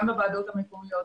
גם בוועדות המקומיות,